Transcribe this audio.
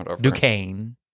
Duquesne